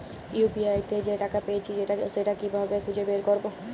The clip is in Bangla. ইউ.পি.আই তে যে টাকা পেয়েছি সেটা কিভাবে খুঁজে বের করবো?